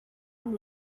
amb